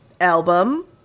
album